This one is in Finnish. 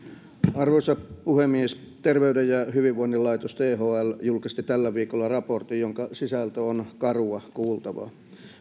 arvoisa puhemies terveyden ja hyvinvoinnin laitos thl julkisti tällä viikolla raportin jonka sisältö on karua kuultavaa